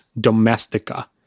domestica